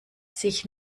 sich